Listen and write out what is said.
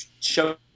show